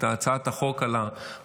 את הצעת החוק על המתנות.